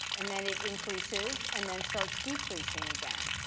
and then it increases, and then starts decreasing again.